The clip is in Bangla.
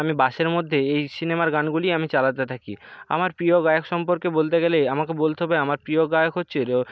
আমি বাসের মধ্যে এই সিনেমার গানগুলি আমি চালাতে থাকি আমার প্রিয় গায়ক সম্পর্কে বলতে গেলে আমাকে বলতে হবে আমার প্রিয় গায়ক হচ্ছে র